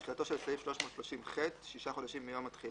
תחילתו של סעיף 330ח שישה חודשים מיום התחילה.